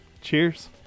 Cheers